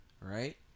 right